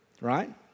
right